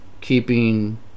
keeping